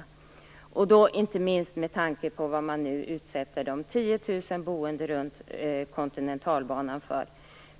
Det vill jag veta inte minst med tanke på vad man utsätter de 10 000 boende runt kontinentalbanan för